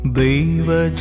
deva